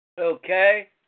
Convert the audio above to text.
Okay